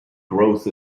growth